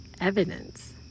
evidence